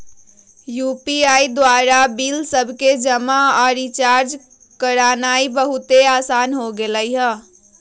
UPI द्वारा bill सभके जमा आऽ रिचार्ज करनाइ बहुते असान हो गेल हइ